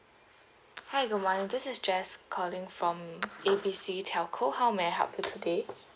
hi good morning this is jess calling from A B C telco how may I help you today